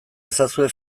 ezazue